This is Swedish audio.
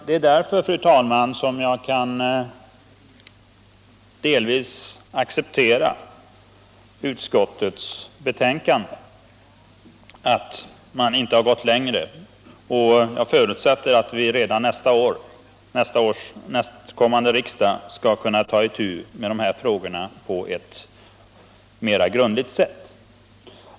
Det är därför, fru talman, som jag delvis kan acceptera att utskottet inte gått längre. Jag förutsätter att redan nästkommande riksdag skall kunna ta itu med dessa frågor på ett mera grundligt sätt.